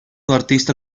artista